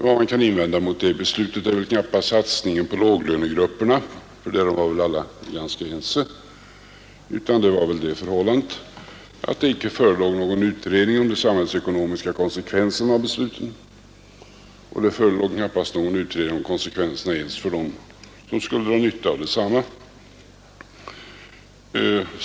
Vad man kan invända mot det beslutet är väl knappast satsningen på låglönegrupperna — om den var väl alla ganska överens — utan det förhållandet att det inte förelåg någon utredning om de samhällsekonomiska konsekvenserna av beslutet, och det förelåg knappast någon utredning om konsekvenserna ens för dem som skulle dra nytta av beslutet.